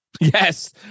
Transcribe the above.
Yes